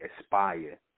aspire